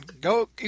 Go